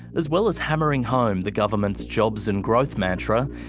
as well as hammering home the government's jobs and growth mantra,